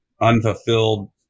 unfulfilled